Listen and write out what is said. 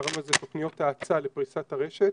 קראנו לזה תוכניות האצה, לפריסת הרשת.